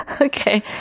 Okay